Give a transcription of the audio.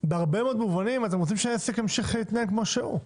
בהרבה מאוד מובנים אתם רוצים שהעסק ימשיך להתנהל כמו שהוא.